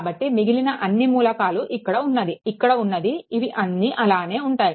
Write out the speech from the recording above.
కాబట్టి మిగిలిన అన్నీ మూలకాలు ఇక్కడ ఉన్నది ఇక్కడ ఉన్నది ఇవి అన్నీ అలానే ఉంటాయి